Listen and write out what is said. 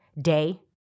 day